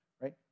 right